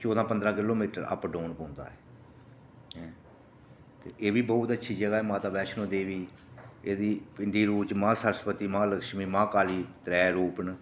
चौदां पंदरां kilometre up down पौंदा ऐ ते एह्बी बहुत अच्छी जगह ऐ माता वैष्णो देवी एह्दी पिंडी रूप च महालक्ष्मी महासरस्वती महाकाली त्रैऽ रूप न